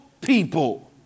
people